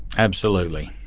absolutely.